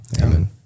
Amen